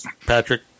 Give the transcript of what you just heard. Patrick